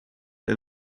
для